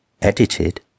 edited